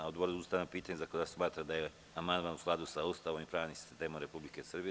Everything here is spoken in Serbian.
Odbor za ustavna pitanja i zakonodavstvo smatra da je amandman u skladu sa Ustavom i pravnim sistemom Republike Srbije.